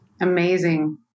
Amazing